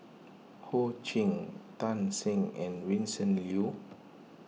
Ho Ching Tan Shen and Vincent Leow